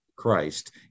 Christ